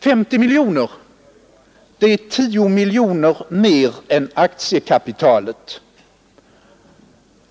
50 miljoner — det är 10 miljoner kronor mer än aktiekapitalet.